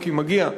כי מגיע,